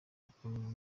ukuntu